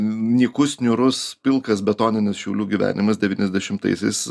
nykus niūrus pilkas betoninis šiaulių gyvenimas devyniasdešimtaisiais